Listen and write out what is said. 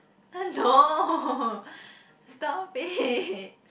no stop it